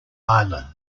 island